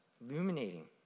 illuminating